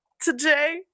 today